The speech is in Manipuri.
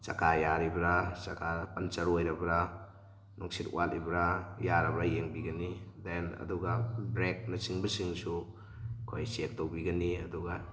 ꯆꯀꯥ ꯌꯥꯔꯤꯕ꯭ꯔꯥ ꯆꯀꯥ ꯄꯝꯆꯔ ꯑꯣꯏꯗꯕ꯭ꯔꯥ ꯅꯨꯡꯁꯤꯠ ꯋꯥꯠꯂꯤꯕ꯭ꯔꯥ ꯌꯥꯔꯕ꯭ꯔꯥ ꯌꯦꯡꯕꯤꯒꯅꯤ ꯗꯦꯟ ꯑꯗꯨꯒ ꯕ꯭ꯔꯦꯛꯅꯆꯤꯡꯕꯁꯤꯡꯁꯨ ꯑꯩꯈꯣꯏ ꯆꯦꯛ ꯇꯧꯕꯤꯒꯅꯤ ꯑꯗꯨꯒ